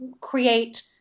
create